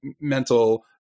mental